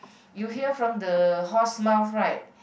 you hear from the horse mouth right